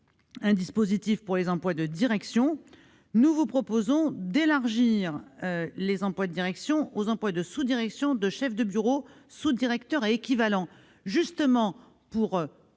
un dispositif pour les emplois de direction. Nous vous proposons de l'élargir aux emplois de sous-direction, de chef de bureau, sous-directeur et équivalents, justement, pour